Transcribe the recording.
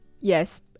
Yes